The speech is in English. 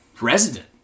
resident